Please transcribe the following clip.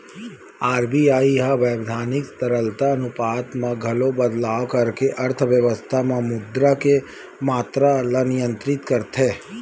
RBI ह बैधानिक तरलता अनुपात म घलो बदलाव करके अर्थबेवस्था म मुद्रा के मातरा ल नियंत्रित करथे